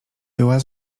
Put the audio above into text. była